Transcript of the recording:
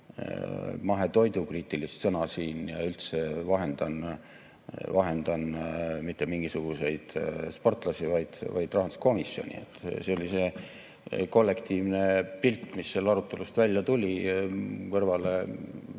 mahetoidukriitilist sõna siin ja üldse vahendan mitte mingisuguseid sportlasi, vaid rahanduskomisjoni. See oli see kollektiivne pilt, mis sealt arutelust välja tuli, selle kõrval,